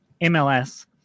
MLS